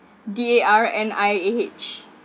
D A R N I A H